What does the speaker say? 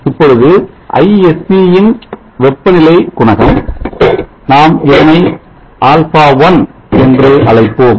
இப்பொழுது ISC ன் வெப்பநிலை குணகம் நாம் இதனை αi ஆல்பா ஒன் என்று அழைப்போம்